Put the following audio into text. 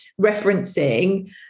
referencing